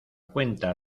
cuenta